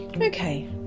Okay